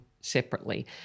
separately